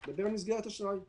אני מדבר על מסגרת אשראי.